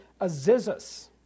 Azizus